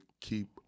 keep